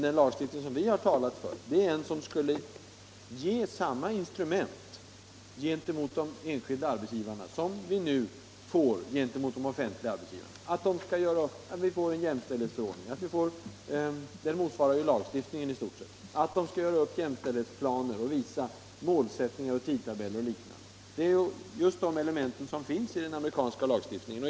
Den lagstiftning som vi har talat för skulle ge samma instrument gentemot de enskilda arbetsgivarna som vi nu får gentemot de statliga arbetsgivarna — att vi får en jämställdhetsförordning, att de skall göra upp jämställdhetsplaner och anta målsättning och tidtabell. Det är just de elementen som finns i den amerikanska lagstiftningen.